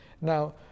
Now